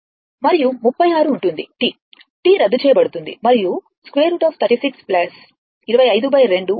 మరియు 36 ఉంటుంది T T రద్దు చేయబడుతుంది మరియు √36 25 2 ఉంటుంది